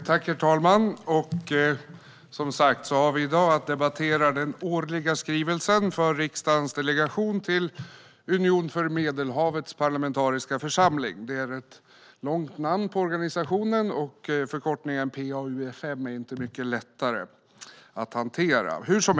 Herr talman! I dag debatterar vi den årliga redogörelsen för riksdagens delegation till Parlamentariska församlingen för Unionen för Medelhavet, PA-UfM.